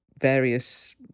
various